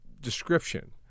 description